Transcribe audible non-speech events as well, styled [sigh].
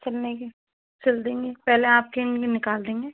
सिलने की सिल देंगे पहले आपके [unintelligible] निकाल देंगे